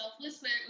selfless